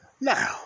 Now